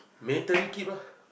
keep lah